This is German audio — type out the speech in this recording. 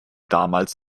damals